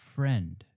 Friend